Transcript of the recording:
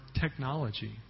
technology